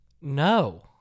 No